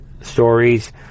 stories